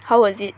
how was it